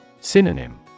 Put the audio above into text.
Synonym